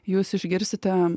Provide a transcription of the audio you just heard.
jūs išgirsite